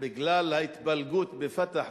בגלל ההתפלגות ב"פתח"